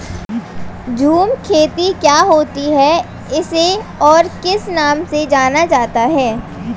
झूम खेती क्या होती है इसे और किस नाम से जाना जाता है?